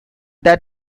that